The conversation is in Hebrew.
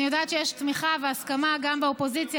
אני יודעת שיש תמיכה והסכמה גם באופוזיציה,